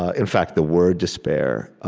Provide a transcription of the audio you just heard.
ah in fact, the word despair,